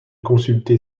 consulté